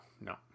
no